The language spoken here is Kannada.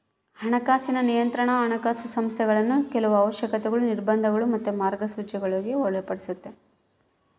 ಹಣಕಾಸಿನ ನಿಯಂತ್ರಣಾ ಹಣಕಾಸು ಸಂಸ್ಥೆಗುಳ್ನ ಕೆಲವು ಅವಶ್ಯಕತೆಗುಳು, ನಿರ್ಬಂಧಗುಳು ಮತ್ತೆ ಮಾರ್ಗಸೂಚಿಗುಳ್ಗೆ ಒಳಪಡಿಸ್ತತೆ